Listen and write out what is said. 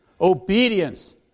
obedience